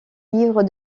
livre